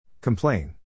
Complain